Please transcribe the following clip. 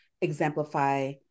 exemplify